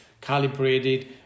calibrated